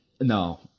No